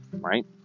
right